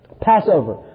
Passover